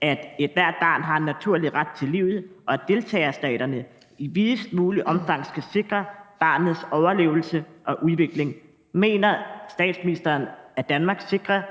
at ethvert barn har en naturlig ret til livet, og at deltagerstaterne i videst muligt omfang skal sikre barnets overlevelse og udvikling. Mener statsministeren, at Danmark sikrer